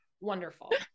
wonderful